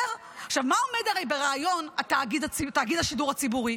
עכשיו, מה עומד הרי ברעיון תאגיד השידור הציבורי?